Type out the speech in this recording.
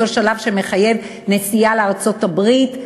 אותו שלב שמחייב נסיעה לארצות-הברית,